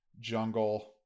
jungle